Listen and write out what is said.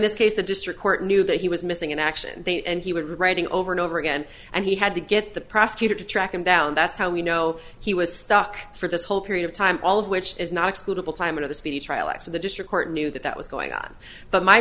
this case the district court knew that he was missing in action and he was reading over and over again and he had to get the prosecutor to track him down that's how we know he was stuck for this whole period of time all of which is not excludable time of the speedy trial acts of the district court knew that that was going on but my